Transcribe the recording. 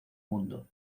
mundo